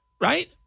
Right